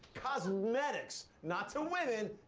cosmetics. not to women,